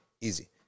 Easy